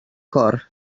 cor